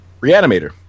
Reanimator